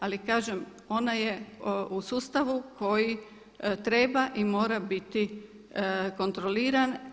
Ali kažem ona je u sustavu koji treba i mora biti kontroliran.